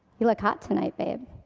you look hot tonight, babe.